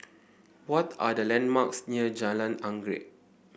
what are the landmarks near Jalan Anggerek